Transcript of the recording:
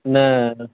न न